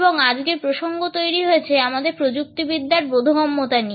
এবং আজকের প্রসঙ্গ তৈরি হয়েছে আমাদের প্রযুক্তিবিদ্যার বোধগম্যতা নিয়ে